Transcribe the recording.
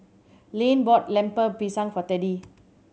Lane bought Lemper Pisang for Teddy